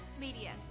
Media